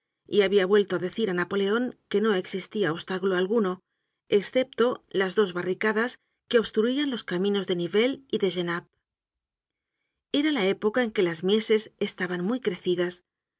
y habia vuelto á decir á napoleon que no existia obstáculo alguno escepto las dos barricadas que obstruían los caminos de nivelles y de genappe era la época en que las mieses están muy crecidas